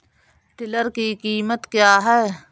Tiller की कीमत क्या है?